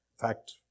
fact